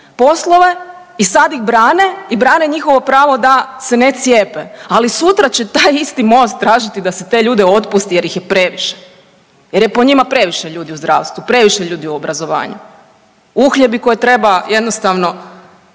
poslove i sad ih brane i brane njihovo pravo da se ne cijepe, ali sutra će taj isti MOST tražiti da se te ljude otpusti jer ih je previše jer je po njima previše ljudi u zdravstvu, previše ljudi u obrazovanju, uhljebi koje treba jednostavno